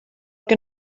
que